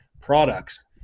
products